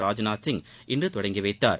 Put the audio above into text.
ராஜ்நாத் சிங் இன்று தொடங்கிவைத்தார்